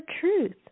truth